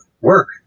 work